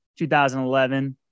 2011